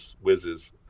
whizzes